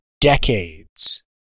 decades